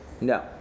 No